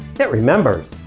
it remembers.